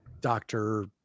doctor